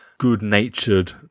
good-natured